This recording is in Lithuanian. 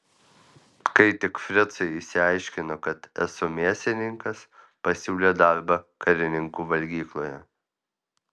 kai tik fricai išsiaiškino kad esu mėsininkas pasiūlė darbą karininkų valgykloje